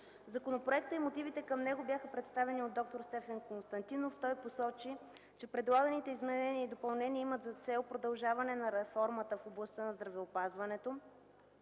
Законопроектът и мотивите към него бяха представени от д-р Стефан Константинов. Той посочи, че предлаганите изменения и допълнения имат за цел продължаване на реформата в областта на здравеопазването,